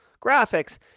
graphics